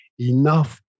enough